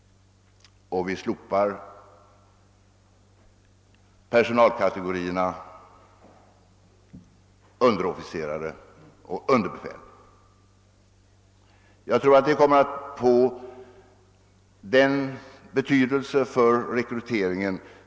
Vi slopar personalkaltegorierna underofficerare och underbefäl. Det tror jag kommer att få den största betydelsen för rekryteringen.